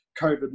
COVID